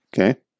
Okay